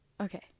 Okay